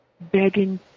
begging